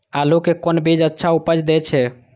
आलू के कोन बीज अच्छा उपज दे छे?